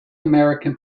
american